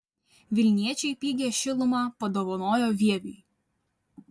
vilniečiai pigią šilumą padovanojo vieviui